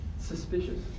suspicious